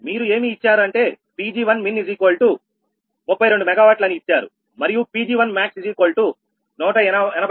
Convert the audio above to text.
మీరు ఏమీ ఇచ్చారంటే Pg1min 32 MW అని ఇచ్చారు మరియు Pg1max 180 MW